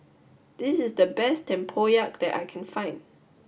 this is the best Tempoyak that I can find